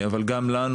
אבל גם לנו,